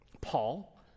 Paul